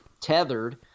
tethered